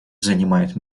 занимает